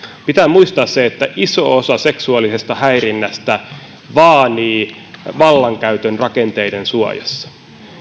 pitää muistaa se että iso osa seksuaalisesta häirinnästä vaanii vallankäytön rakenteiden suojassa